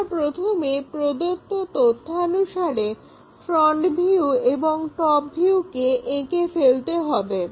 সবার প্রথমে প্রদত্ত তথ্যানুসারে ফ্রন্ট ভিউ এবং টপ ভিউকে এঁকে ফেলতে হবে